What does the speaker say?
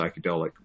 psychedelic